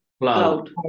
cloud